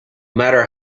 matter